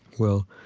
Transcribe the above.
well,